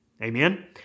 Amen